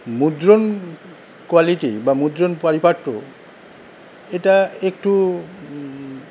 মুদ্রণ কোয়ালিটি বা মুদ্রণ পারিপাট্য এটা একটু